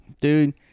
dude